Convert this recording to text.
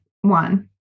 one